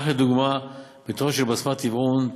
כך לדוגמה בתוכניות של בסמת-טבעון,